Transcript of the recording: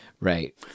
Right